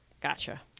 gotcha